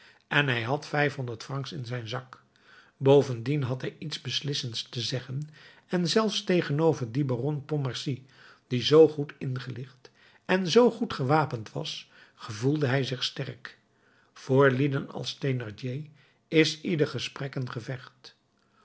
en hij had vijfhonderd francs in zijn zak bovendien had hij iets beslissends te zeggen en zelfs tegenover dien baron pontmercy die zoo goed ingelicht en zoo goed gewapend was gevoelde hij zich sterk voor lieden als thénardier is ieder gesprek een gevecht